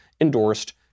endorsed